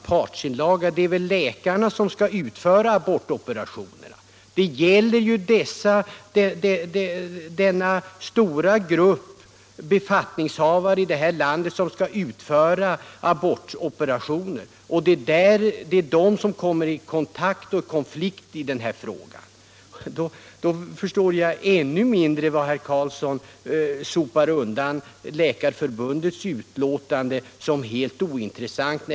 Herr talman! Partsinlaga? Det är ju läkarna — denna stora grupp befattningshavare i vårt land — som skall utföra abortoperationerna, och det är de som kommer i konflikt i denna fråga. Då förstår jag ännu mindre varför herr Karlsson sopar undan Läkarförbundets yttrande som helt ointressant.